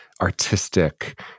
artistic